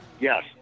Yes